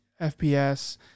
FPS